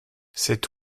cet